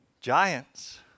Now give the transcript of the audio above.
Giants